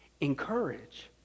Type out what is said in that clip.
Encourage